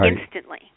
Instantly